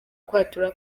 kwatura